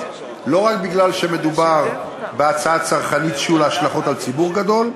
לא רק כי מדובר בהצעה צרכנית שיהיו לה השלכות על ציבור גדול,